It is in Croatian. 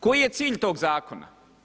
Koji je cilj tog zakona?